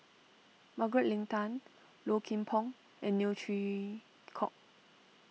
Margaret Leng Tan Low Kim Pong and Neo Chwee Kok